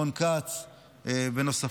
רון כץ ונוספים,